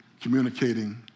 communicating